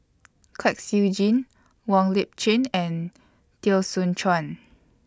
Kwek Siew Jin Wong Lip Chin and Teo Soon Chuan